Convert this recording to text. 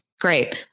great